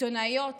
עיתונאיות